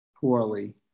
poorly